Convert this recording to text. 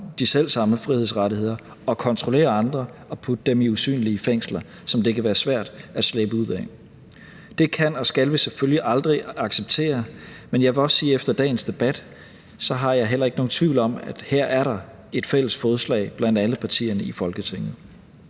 de selv samme frihedsrettigheder og kontrollere andre og putte dem i usynlige fængsler, som det kan være svært at slippe ud af. Det kan og skal vi selvfølgelig aldrig acceptere, men jeg vil også sige, at jeg efter dagens debat heller ikke er i tvivl om, at der her er fælles fodslag blandt alle partierne i Folketinget.